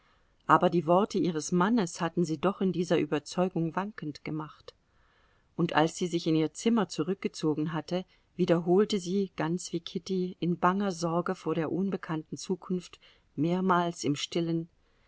aber die worte ihres mannes hatten sie doch in dieser überzeugung wankend gemacht und als sie sich in ihr zimmer zurückgezogen hatte wiederholte sie ganz wie kitty in banger sorge vor der unbekannten zukunft mehrmals im stillen